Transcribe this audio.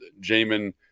Jamin